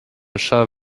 chat